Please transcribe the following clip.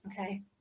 okay